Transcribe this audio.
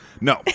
No